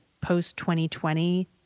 post-2020